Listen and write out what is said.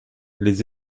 les